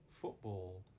football